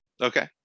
Okay